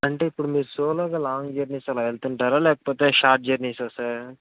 అంటే ఇప్పుడు మీరు సోలో గా లాంగ్ జర్నీస్ అలా వెళ్తుంటారా లేకపోతే షార్ట్ జర్నీస్ ఆ సార్